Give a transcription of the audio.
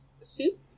soup